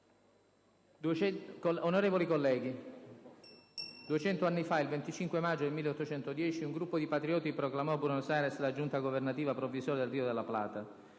Onorevoli colleghi, duecento anni fa, il 25 maggio del 1810, un gruppo di patrioti proclamò a Buenos Aires la Giunta governativa provvisoria del Rio de la Plata.